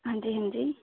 हां जी हां जी